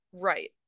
right